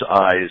eyes